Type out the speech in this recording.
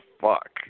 fuck